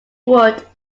would